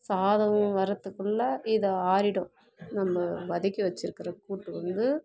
சாதம் வரதுக்குள்ள இது ஆறிடும் நம்ம வதக்கி வச்சுருக்கிற கூட்டு வந்து